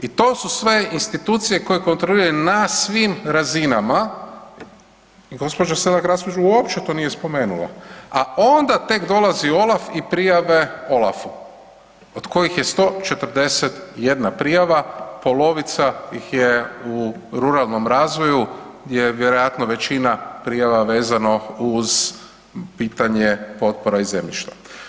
I to su sve institucije koje kontroliraju na svim razinama i gđa. Selak Raspudić uopće to nije spomenula a onda tek dolazi OLAF i prijave OLAF-u od kojih je 141 prijava, polovica ih je u ruralnom razvoju gdje je vjerojatno većina prijava vezano uz pitanje potpora i zemljišta.